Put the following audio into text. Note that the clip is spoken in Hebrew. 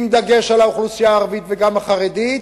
עם דגש על האוכלוסייה הערבית וגם על החרדית,